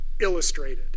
illustrated